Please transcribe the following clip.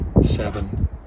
seven